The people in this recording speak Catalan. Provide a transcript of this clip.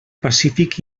pacífic